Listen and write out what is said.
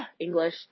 English